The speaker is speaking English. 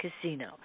Casino